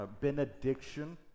benediction